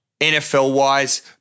NFL-wise